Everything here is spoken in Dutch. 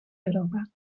europa